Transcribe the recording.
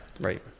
Right